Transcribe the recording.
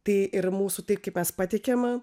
tai yra mūsų tai kaip mes pateikiama